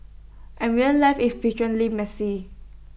and real life is frequently messy